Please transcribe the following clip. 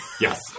Yes